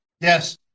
Yes